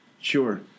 Sure